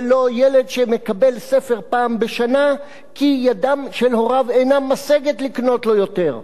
ולא ילד שמקבל ספר פעם בשנה כי ידם של הוריו אינה משגת לקנות לו יותר.